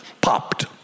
popped